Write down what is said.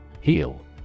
Heal